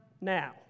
now